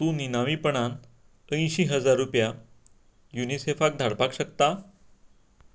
तूं निनावीपणान अयशीं हजार रुपया युनिसेफाक धाडपाक शकता